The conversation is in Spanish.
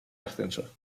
ascenso